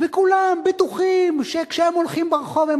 וכולם בטוחים שכשהם הולכים ברחוב והם